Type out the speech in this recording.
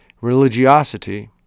religiosity